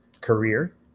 career